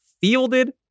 fielded